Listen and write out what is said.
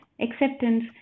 acceptance